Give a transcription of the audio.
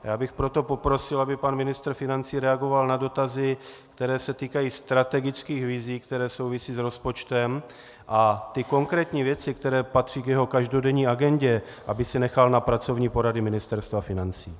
Já bych proto poprosil, aby pan ministr financí reagoval na dotazy, které se týkají strategických vizí, které souvisí s rozpočtem, a konkrétní věci, které patří k jeho každodenní agendě, aby si nechal na pracovní porady Ministerstva financí.